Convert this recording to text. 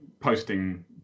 posting